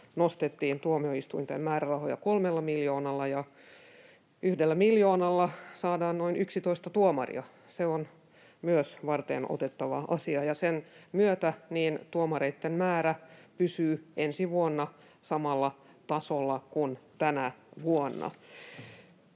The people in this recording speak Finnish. nostettiin tuomioistuinten määrärahoja 3 miljoonalla, ja 1 miljoonalla saadaan noin 11 tuomaria. Se on myös varteenotettava asia, ja sen myötä tuomareitten määrä pysyy ensi vuonna samalla tasolla kuin tänä vuonna.